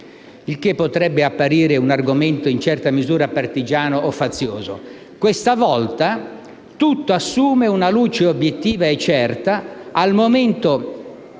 il che potrebbe apparire un argomento in certa misura partigiano o fazioso. Questa volta tutto assume una luce obiettiva, certa e al momento